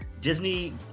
Disney